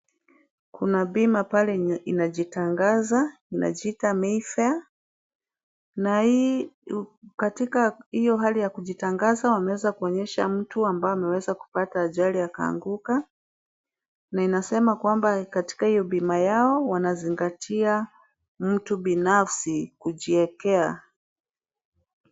Kuna bima pale inajitangaza, inajiita Mayfair na hii katika iyo hali ya kujitangaza wameeza kuonyesha mtu ambaye amewezakupata ajali akaanguka na inasema kwamba katika hiyo bima yao wanazingatia mtu binafsi kujiekea.